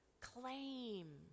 Claim